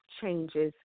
changes